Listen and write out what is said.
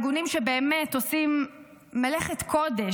הארגונים שבאמת עושים מלאכת קודש,